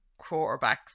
quarterbacks